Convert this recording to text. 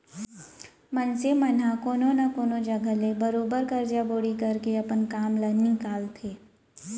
मनसे मन ह कोनो न कोनो जघा ले बरोबर करजा बोड़ी करके अपन काम ल निकालथे